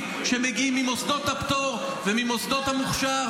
שמגיעים ממוסדות הפטור וממוסדות המוכש"ר.